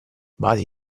basi